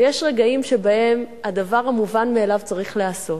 ויש רגעים שבהם הדבר המובן מאליו צריך להיעשות.